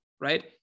Right